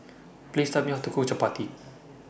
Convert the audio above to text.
Please Tell Me How to Cook Chapati